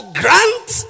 grant